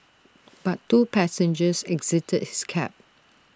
but two passengers exited his cab